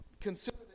consider